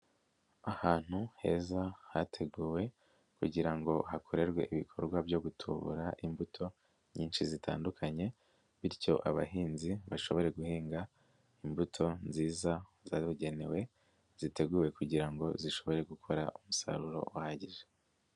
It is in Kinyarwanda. Ahantu heza hateguwe kugira ngo hakorerwe ibikorwa byo gutubura imbuto nyinshi zitandukanye bityo abahinzi bashobore guhinga imbuto nziza zabugenewe ziteguwe kugira ngo zishobore gukora umusaruro uhagije.